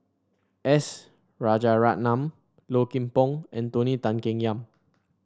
S Rajaratnam Low Kim Pong and Tony Tan Keng Yam